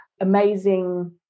amazing